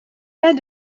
pas